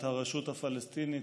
את הרשות הפלסטינית,